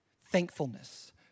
thankfulness